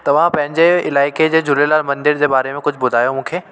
तव्हां पंहिंजे इलाइके झूलेलाल मंदिर जे बारे में कुझु ॿुधायो मूंखे